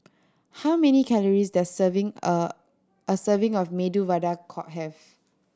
how many calories does serving a a serving of Medu Vada have